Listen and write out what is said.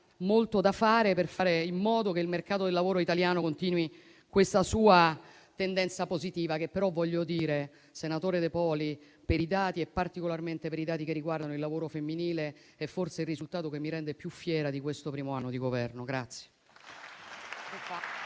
molto da fare affinché il mercato del lavoro italiano continui questa sua tendenza positiva che però - senatore De Poli - per i dati e, particolarmente per i dati che riguardano il lavoro femminile, è forse il risultato che mi rende più fiera di questo primo anno di Governo.